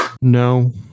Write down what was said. No